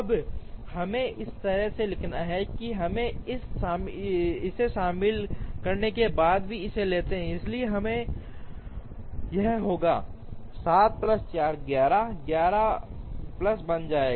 अब हमें इस तरह से लिखना है कि हम इसे शामिल करने के बाद इसे लेते हैं इसलिए यह होगा 7 प्लस 4 11 11 प्लस बन जाइए